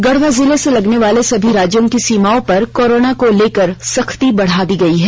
गढ़वा जिले से लगनेवाले सभी राज्य की सीमाओं पर कोरोना को लेकर सख्ती बढ़ा दी गयी है